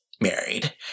married